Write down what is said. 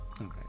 Okay